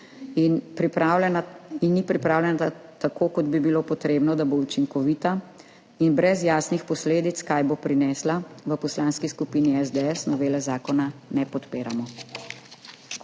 in ni pripravljena tako, kot bi bilo treba, da bo učinkovita in brez jasnih posledic, kaj bo prinesla, v Poslanski skupini SDS novele zakona ne podpiramo.